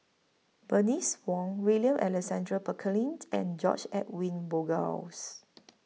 Bernice Wong William Alexander Pickering and George Edwin Bogaars